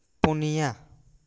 ᱯᱩᱱᱭᱟ